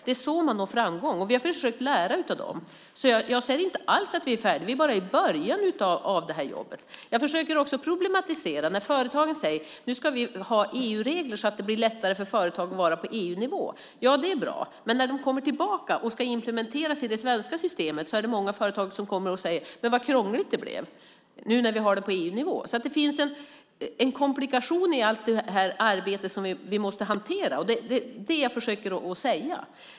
Det är så man når framgång, och vi har försökt lära av dem. Jag säger inte alls att vi är färdiga. Vi är bara i början av detta arbete. Jag försöker också problematisera. Företagen säger: Nu ska vi ha EU-regler så att det blir lättare för företag att vara på EU-nivå. Det är bra. Men när de kommer tillbaka och ska genomföras i det svenska systemet är det många företag som säger: Vad krångligt det blev nu när vi har det på EU-nivå. Det finns en komplikation i allt detta arbete som vi måste hantera. Det är vad jag försöker att säga.